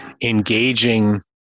engaging